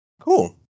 Cool